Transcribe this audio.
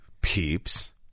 peeps